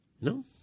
No